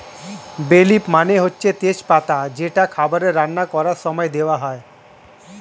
বে লিফ মানে হচ্ছে তেজ পাতা যেটা খাবারে রান্না করার সময়ে দেওয়া হয়